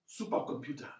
supercomputer